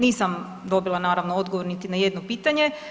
Nisam dobila, naravno odgovor niti na jedno pitanje.